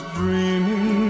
dreaming